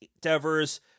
Devers